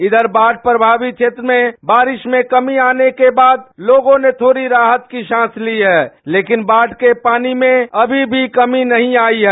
इधर बाढ़ प्रभावित क्षेत्रों में बारिश में कमी आने के बाद लोगों ने थोड़ी राहत की सांस ली है लेकिन बाढ़ के पानी में अभी भी कमी नहीं आयी है